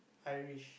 Irish